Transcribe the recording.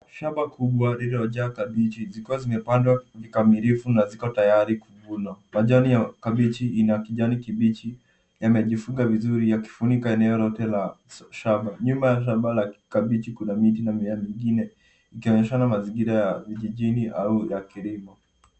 Shamba kubwa lililojaa kabichi zikiwa zimepandwa kikamilifu na ziko tayari kiuvunwa. Majani ya kabichi ina kijani kibichi. Yamejifunga vizuri yakifunika eneo lote la shamba. Nyuma ya shamba la kabichi kuna miti na mimea mwingine ikionyeshana mazingira ya vijijini au ya kilimo.